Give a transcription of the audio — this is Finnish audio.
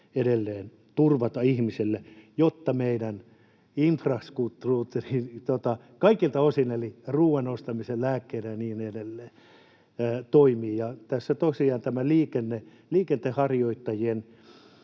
edelleen turvata ihmisille, jotta meidän infrastruktuuri kaikilta osin — eli ruoan ja lääkkeiden ostaminen ja niin edelleen — toimii, ja tässä tosiaan on myös tämä liikenteen harjoittajien